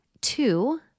two